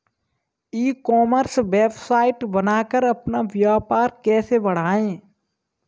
ई commerce website बनाकर अपना व्यापार कैसे बढ़ाएँ?